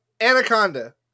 Anaconda